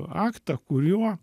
aktą kuriuo